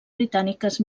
britàniques